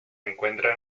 encuentra